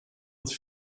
het